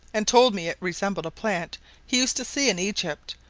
and told me it resembled a plant he used to see in egypt,